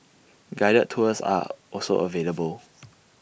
guided tours are also available